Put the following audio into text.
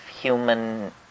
human